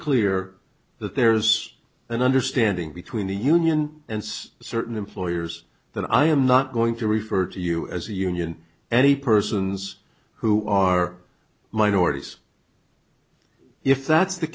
clear that there's an understanding between the union and certain employers that i am not going to refer to you as a union any persons who are minorities if that's the